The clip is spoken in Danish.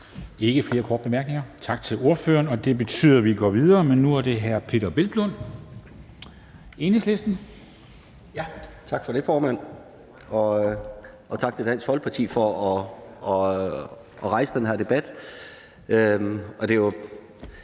ikke flere korte bemærkninger. Tak til ordføreren. Det betyder, at vi går videre, men nu er det hr. Peder Hvelplund, Enhedslisten. Kl. 14:10 (Ordfører) Peder Hvelplund (EL): Tak for det, formand, og tak til Dansk Folkeparti for at rejse den her debat.